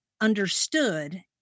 understood